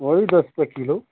वही दस का किलो